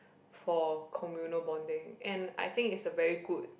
for communal bonding and I think it's a very good